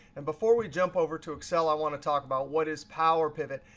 and before we jump over to excel, i want to talk about what is power pivot.